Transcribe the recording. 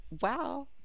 wow